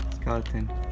skeleton